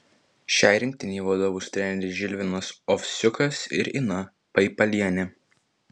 šiai rinktinei vadovaus treneriai žilvinas ovsiukas ir ina paipalienė